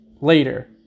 later